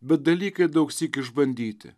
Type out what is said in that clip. bet dalykai daugsyk išbandyti